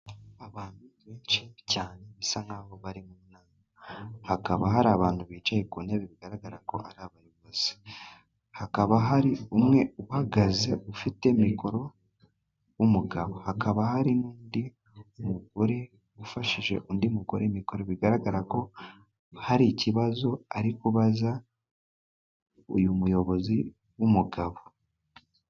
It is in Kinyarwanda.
Abantu benshi cyane bisa nk'aho bari mu nama. Hakaba hari abantu bicaye ku ntebe, bigaragara ko ari abayobozi. Hakaba hari umwe uhagaze ufite mikoro w'umugabo, hakaba hari n'undi mugore ufashije undi mugore mikoro. Bigaragara ko hari ikibazo ari kubaza uyu muyobozi w'umugabo.